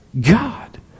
God